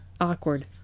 Awkward